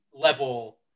level